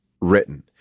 written